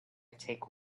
take